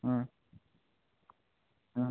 হুম হুম